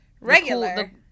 regular